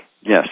Yes